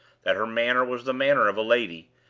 that her manner was the manner of a lady,